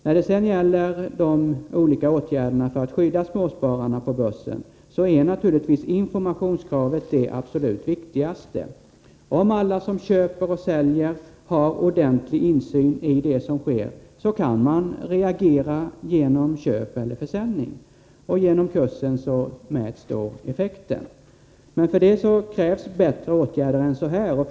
När det sedan gäller de olika åtgärderna för att skydda småspararna på börsen är naturligtvis informationskravet det absolut viktigaste. Om alla som köper och säljer har ordentlig insyn i det som sker kan de reagera genom köp eller försäljning, och effekten märks då på kursen. För det krävs dock bättre åtgärder än de nu presenterade.